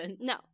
no